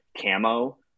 camo